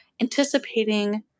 anticipating